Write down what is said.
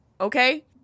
okay